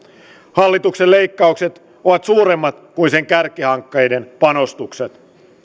hallituksen leikkaukset ovat suuremmat kuin sen kärkihankkeiden panostukset